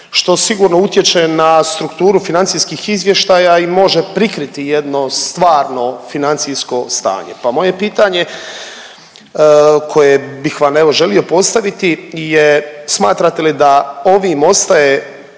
što sigurno utječe na strukturu financijskih izvještaja i može prikriti jedno stvarno financijsko stanje. Pa moje pitanje koje bih vam evo želi postaviti je, smatrate li da ovim ostaje